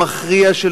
המכריע,